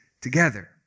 together